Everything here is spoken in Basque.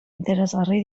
interesgarri